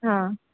ಹಾಂ